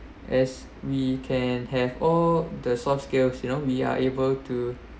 as we can have all the soft skills you know we are able to